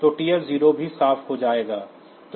तो टीएफ 0 भी साफ हो जाएगा